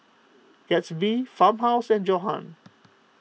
Gatsby Farmhouse and Johan